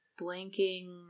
Blanking